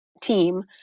team